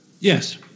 Yes